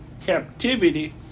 captivity